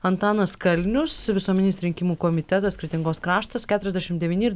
antanas kalnius visuomeninis rinkimų komitetas kretingos kraštas keturiasdešimt devyni ir